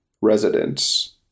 residents